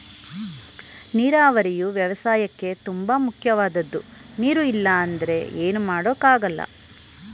ನೀರಾವರಿಯು ವ್ಯವಸಾಯಕ್ಕೇ ತುಂಬ ಮುಖ್ಯವಾದದ್ದು ನೀರು ಇಲ್ಲ ಅಂದ್ರೆ ಏನು ಮಾಡೋಕ್ ಆಗಲ್ಲ